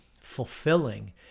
fulfilling